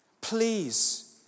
please